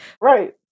Right